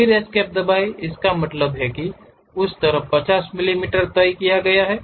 फिर एस्केप दबाएं इसका मतलब है उस तरफ 50 मिलीमीटर तय किया गया है